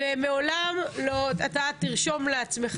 ואני אומרת לך